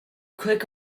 click